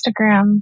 Instagram